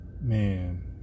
man